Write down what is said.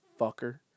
fucker